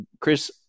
Chris